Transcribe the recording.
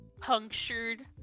punctured